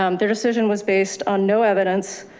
um their decision was based on no evidence.